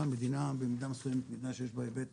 גם מדינה במידה מסויימת מדינה שיש בה היבט